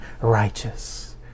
righteous